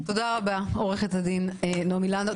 תודה רבה, עורכת הדין נעמי לנדאו.